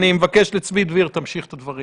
צבי דביר, תמשיך את הדברים.